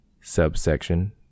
subsection